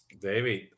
David